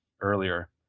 earlier